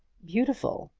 beautiful!